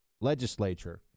legislature